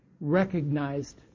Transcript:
recognized